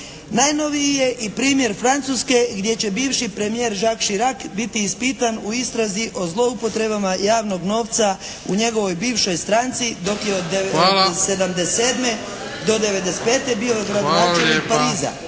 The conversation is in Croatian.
Najnoviji je i primjer Francuske gdje će bivši premijer Jacques Chirak biti ispitan u istrazi o zloupotrebama javnog novca u njegovoj bivšoj stranci dok je od '77. do '95. bio gradonačelnik Pariza